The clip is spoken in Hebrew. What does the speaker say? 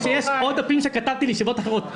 האמן לי שיש עוד דפים שכתבתי לישיבות אחרות.